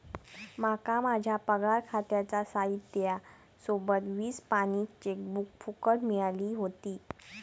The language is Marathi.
माका माझ्या पगार खात्याच्या साहित्या सोबत वीस पानी चेकबुक फुकट मिळाली व्हती